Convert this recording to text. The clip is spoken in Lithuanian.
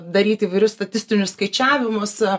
daryti įvairius statistinius skaičiavimus